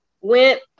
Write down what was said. went